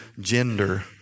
gender